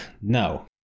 no